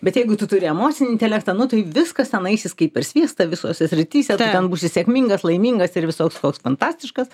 bet jeigu tu turi emocinį intelektą nu tai viskas ten eisis kaip per sviestą visose srityse tu ten būsi sėkmingas laimingas ir visoks koks fantastiškas